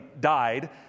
died